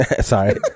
Sorry